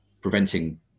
preventing